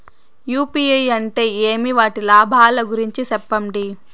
UPI అంటే ఏమి? వాటి లాభాల గురించి సెప్పండి?